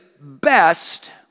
best